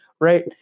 Right